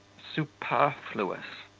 superfluous.